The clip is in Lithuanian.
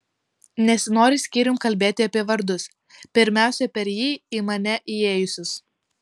nesinori skyrium kalbėti apie vardus pirmiausia per jį į mane įėjusius